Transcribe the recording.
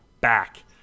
back